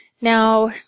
Now